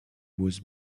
was